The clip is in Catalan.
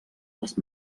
els